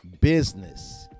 business